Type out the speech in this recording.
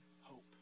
hope